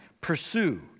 Pursue